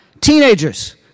teenagers